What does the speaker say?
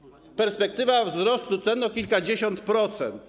Przed nimi perspektywa wzrostu cen o kilkadziesiąt procent.